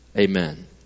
Amen